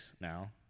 now